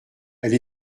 elle